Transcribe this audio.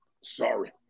Sorry